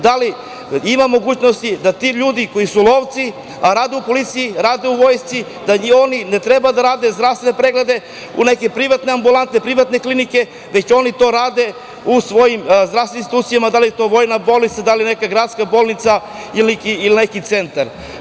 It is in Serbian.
Da li ima mogućnost da ti ljudi, koji su lovci, a rade u policiji, rade u Vojsci, ne rade zdravstvene preglede u nekim privatnim ambulantama, privatnim klinikama, nego da to rade u svojim zdravstvenim institucijama, da li je to vojna bolnica, gradska bolnica ili centar?